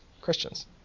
Christians